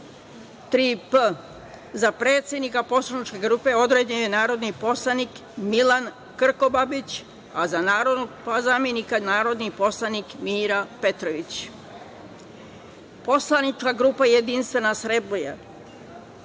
P“, za predsednika Poslaničke grupe određen je narodni poslanik Milan Krkobabić, a za njegovog zamenika narodni poslanik Mira Petrović; Poslanička grupa Jedinstvena Srbija,